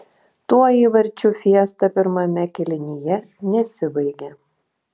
tuo įvarčių fiesta pirmame kėlinyje nesibaigė